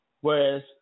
Whereas